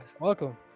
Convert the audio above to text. Welcome